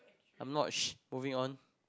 I'm not moving on